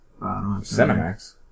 Cinemax